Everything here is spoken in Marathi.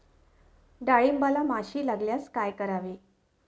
डाळींबाला माशी लागल्यास काय करावे?